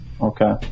Okay